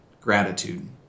gratitude